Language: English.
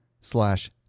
slash